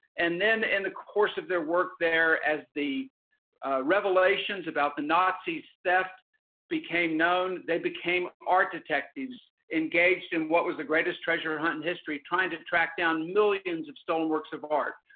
and then, in the course of their work there, as the revelations about the nazi's theft became known, they became art detectives engaged in what was the greatest treasure hunt in history, trying to track down millions of stolen works of art.